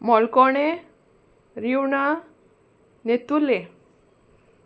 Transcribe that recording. मोळकोणें रिवणा नेतुले